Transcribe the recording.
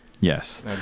Yes